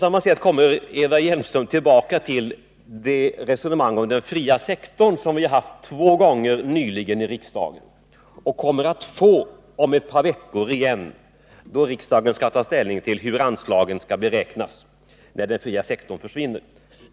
Eva Hjelmström kommer också tillbaka till de resonemang om den fria sektorn som vi har haft två gånger nyligen i riksdagen och som vi kommer att få om ett par veckor igen, då riksdagen skall ta ställning till hur anslagen skall beräknas när den fria sektorn försvinner.